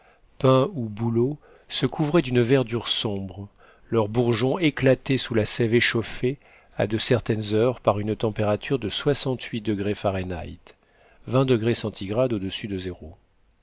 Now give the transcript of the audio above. ou bouleaux se couvraient d'une verdure sombre leurs bourgeons éclataient sous la sève échauffée à de certaines heures par une température de soixante-huit degrés fahrenheit